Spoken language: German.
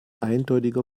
eindeutiger